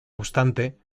obstante